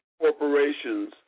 corporations